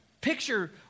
picture